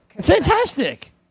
fantastic